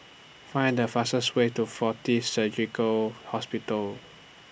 Find The fastest Way to Fortis Surgical Hospital